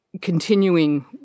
continuing